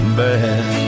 bad